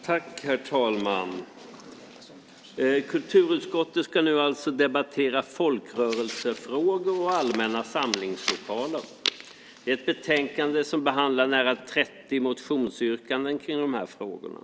Herr talman! Kulturutskottet ska nu debattera folkrörelsefrågor och allmänna samlingslokaler. Det är ett betänkande som behandlar mer än 30 motionsyrkanden kring de här frågorna.